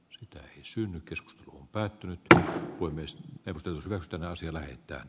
lee synnytys on päättynyt tai voi myös perusteltu kostona sille että